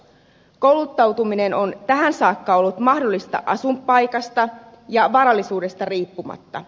kouluttautuminen on tähän saakka ollut mahdollista asuinpaikasta ja varallisuudesta riippumatta